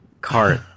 cart